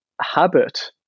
habit